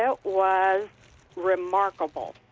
ah was remarkable,